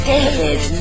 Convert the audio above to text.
David